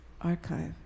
archive